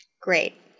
Great